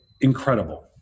incredible